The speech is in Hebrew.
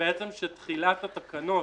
בעצם של תחילת התקנות,